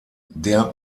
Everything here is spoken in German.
der